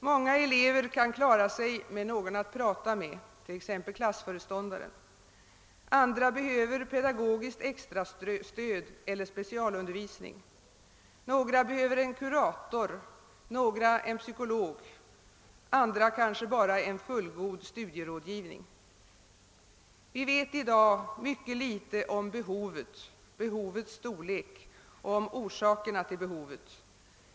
Många elever kan klara sig med någon att tala med, t.ex. klassföreståndaren, andra behöver pedagogiskt extrastöd eller specialundervisning, några behöver en kurator, några en psykolog, andra kanske bara en fullgod studierådgivning. Vi vet i dag mycket litet om behovet, dess storlek och orsak.